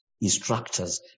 instructors